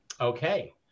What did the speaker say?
Okay